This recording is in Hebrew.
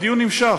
הדיון נמשך.